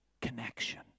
connection